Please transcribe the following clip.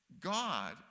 God